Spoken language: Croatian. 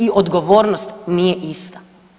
I odgovornost nije ista.